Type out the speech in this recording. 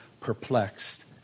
perplexed